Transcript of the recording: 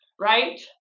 right